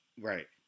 Right